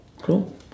Cool